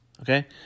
okay